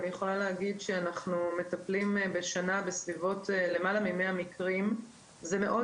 אני יכולה להגיד שבשנה אנחנו מטפלים ביותר מ-100 מקרים.